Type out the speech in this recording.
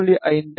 5 1